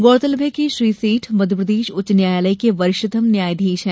गौरतलब है कि श्री सेठ मध्यप्रदेश उच्च न्यायालय के वरिष्ठतम न्यायाधीश है